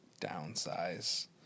downsize